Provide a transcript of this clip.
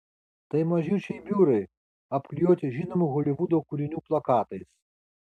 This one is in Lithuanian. tai mažyčiai biurai apklijuoti žinomų holivudo kūrinių plakatais